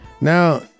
Now